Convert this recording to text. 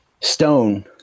Stone